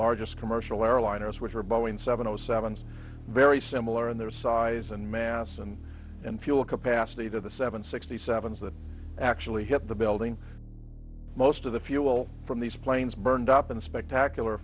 largest commercial airliners which are a boeing seven zero seven is very similar in their size and mass and in fuel capacity to the seven sixty seven's that actually hit the building most of the fuel from these planes burned up in spectacular